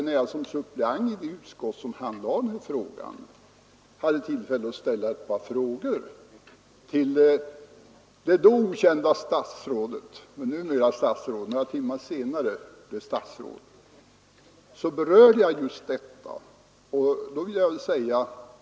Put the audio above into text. När jag som suppleant i det utskott som behandlade frågan hade tillfälle att ställa ett par frågor till den då ganska okända person som några timmar senare blev statsråd berörde jag just detta.